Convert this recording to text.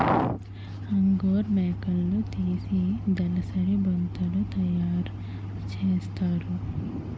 angora మేకలున్నితీసి దలసరి బొంతలు తయారసేస్తారు